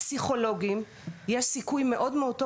הפסיכולוגים יש סיכוי מאוד-מאוד טוב